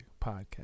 podcast